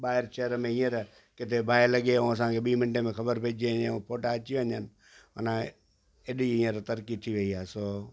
ॿाहिरि शहर में हींअर किथे बाहि लॻी आहे ऐं असांखे ॿीं मिंटे में ख़बर पेईजी वेंदी आहे फ़ोटा अची वञनि माना हेॾी हींअर तरक़ी थी वेई आहे सो